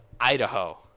Idaho